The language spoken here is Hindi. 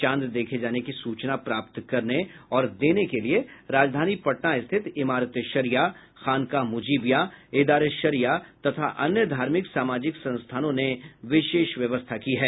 चांद देखे जाने की सूचना प्राप्त करने और देने के लिये राजधानी पटना स्थित इमारत ए शरिया खानकाह मुजिबिया इदारे शरिया तथा अन्य धार्मिक सामाजिक संस्थानों ने विशेष व्यवस्था की है